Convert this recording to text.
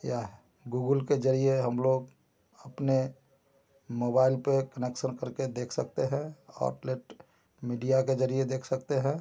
या गूगुल के जरिए हम लोग अपने मोबाइल पर कनेक्सन कर के देख सकते हैं और प्लेट मीडिया के जरिए देख सकते हैं